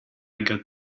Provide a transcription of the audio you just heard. got